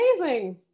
amazing